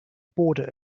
border